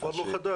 כבר לא חדש.